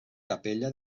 capella